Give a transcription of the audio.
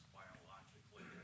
biologically